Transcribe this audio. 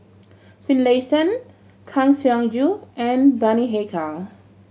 Finlayson Kang Siong Joo and Bani Haykal